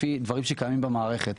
לפי דברים שקיימים במערכת